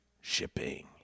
shipping